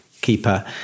Keeper